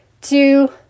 two